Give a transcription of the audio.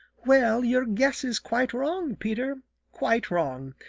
well, your guess is quite wrong, peter quite wrong.